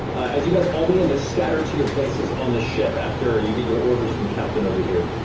as you guys all begin to scatter to your places on the ship, after you get your orders from captain, over here,